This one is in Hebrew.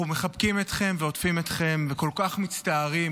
אנחנו מחבקים אתכם ועוטפים אתכם, וכל כך מצטערים